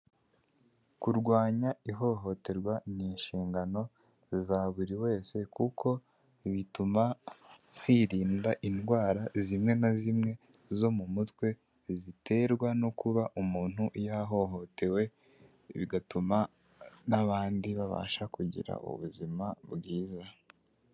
Kurwanya ihohoterwa ni inshingano za buri wese, kuko bituma hirinda indwara zimwe na zimwe zo mu mutwe ziterwa no kuba umuntu yahohotewe, bigatuma n'abandi babasha kugira ubuzima bwiza.